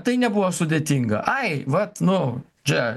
tai nebuvo sudėtinga ai vat nu čia